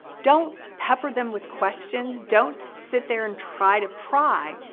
don't pepper them with questions. don't sit there and try to pry.